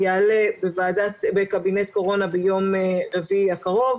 יעלה בקבינט קורונה ביום רביעי הקרוב,